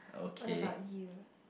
what about you